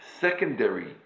secondary